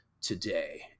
today